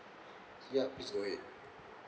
yup please go ahead